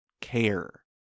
care